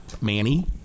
manny